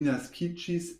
naskiĝis